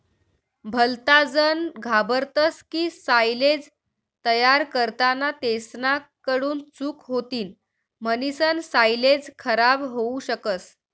भलताजन घाबरतस की सायलेज तयार करताना तेसना कडून चूक होतीन म्हणीसन सायलेज खराब होवू शकस